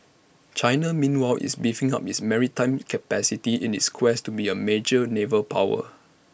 China meanwhile is beefing up its maritime capacity in its quest to be A major naval power